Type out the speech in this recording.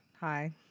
Hi